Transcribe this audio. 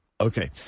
Okay